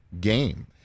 game